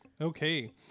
okay